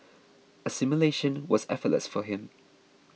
assimilation was effortless for him